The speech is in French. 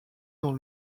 dans